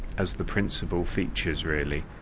as the principal features really.